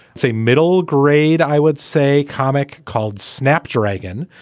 it's a middle grade. i would say comic called snapdragon.